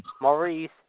Maurice